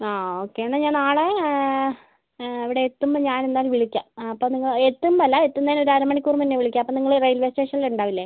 ആ ഓക്കെ എന്നാൽ ഞാൻ നാളെ അവിടെയെത്തുമ്പോൾ ഞാൻ എന്തായാലും വിളിക്കാം അപ്പോൾ നിങ്ങൾ എത്തുമ്പാല്ലാ എത്തുന്നേനൊരു അര മണിക്കൂർ മുന്നേ വിളിക്കാം അപ്പം നിങ്ങൾ റെയിൽവേ സ്റ്റേഷനിൽ ഉണ്ടാവില്ലേ